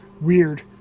weird